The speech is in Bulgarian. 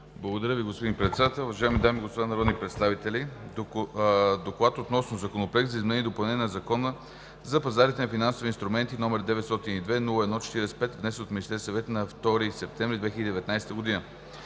Благодаря Ви, господин Председател. Уважаеми дами и господа народни представители! „ДОКЛАД относно Законопроект за изменение и допълнение на Закона за пазарите на финансови инструменти, № 902-01-45, внесен от Министерския съвет на 2 септември 2019 г.